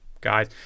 guys